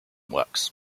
works